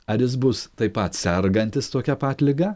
ar jis bus taip pat sergantis tokia pat liga